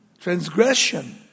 Transgression